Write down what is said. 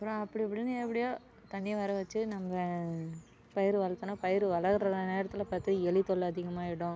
அப்புறம் அப்படிப்படினு எப்படியோ தண்ணியை வர வச்சு நம்ம பயிர் வளர்த்தனா பயிர் வளர்கிற நேரத்தில் பார்த்து எலி தொல்லை அதிகமாக ஆகிடும்